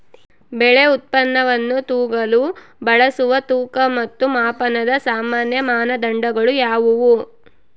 ಬೆಳೆ ಉತ್ಪನ್ನವನ್ನು ತೂಗಲು ಬಳಸುವ ತೂಕ ಮತ್ತು ಮಾಪನದ ಸಾಮಾನ್ಯ ಮಾನದಂಡಗಳು ಯಾವುವು?